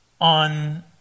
on